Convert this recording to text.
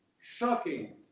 shocking